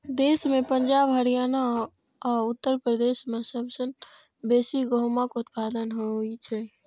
देश मे पंजाब, हरियाणा आ उत्तर प्रदेश मे सबसं बेसी गहूमक उत्पादन होइ छै